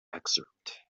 excerpt